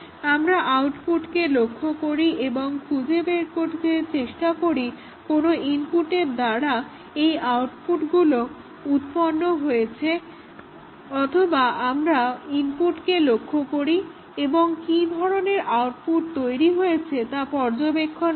আমরা আউটপুটকে লক্ষ করি এবং খুঁজতে চেষ্টা করি কোন ইনপুটের দ্বারা এই আউটপুটগুলো উৎপন্ন হয়েছে অথবা আমরা ইনপুটগুলোকে লক্ষ্য করি এবং কি ধরনের আউটপুট তৈরি হয়েছে তা পর্যবেক্ষণ করি